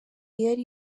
yari